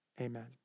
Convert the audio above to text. Amen